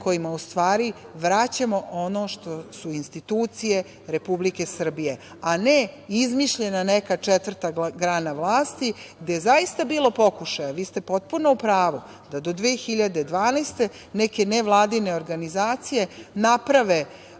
kojima u stvari vraćamo ono što su institucije Republike Srbije, a ne izmišljena neka četvrta grana vlasti gde je zaista bilo pokušaja. Vi ste potpuno u pravu da do 2012. godine neke nevladine organizacije naprave